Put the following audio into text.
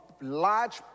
large